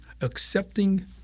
accepting